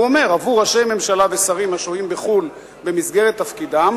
והוא אומר: עבור ראשי ממשלה ושרים השוהים בחו"ל במסגרת תפקידם